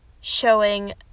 showing